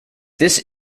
this